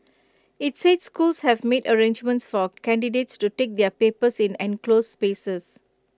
IT said schools have made arrangements for candidates to take their papers in enclosed spaces